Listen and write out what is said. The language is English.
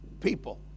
people